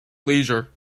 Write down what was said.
leisure